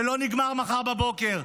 זה לא נגמר מחר בבוקר.